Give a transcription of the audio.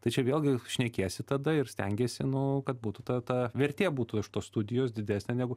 tai čia vėlgi šnekiesi tada ir stengiesi nu kad būtų ta ta vertė būtų iš tos studijos didesnė negu